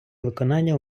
виконання